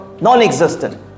Non-existent